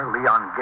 Leon